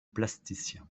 plasticien